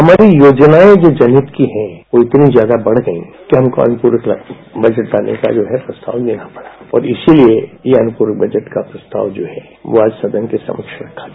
हमारी योजनाएं जो जनहित की है वह इतनी ज्यादा बढ़ गई है कि अन्पूरक बजट लाने का जो है प्रस्ताव लेना पड़ा और इसीलिए यह अनुपूरक बजट का प्रस्ताव जो है वह आज सदन के समक्ष रखा गया